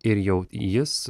ir jau jis